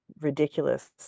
ridiculous